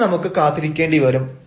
അതിന് നമുക്ക് കാത്തിരിക്കേണ്ടി വരും